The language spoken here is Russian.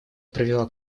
привела